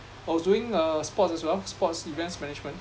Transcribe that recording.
I was doing uh sports as well sports events management